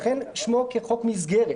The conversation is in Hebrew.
לכן שמו כחוק מסגרת.